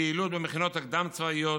פעילות במכינות הקדם-צבאיות.